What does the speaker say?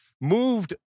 moved